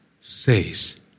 says